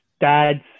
dads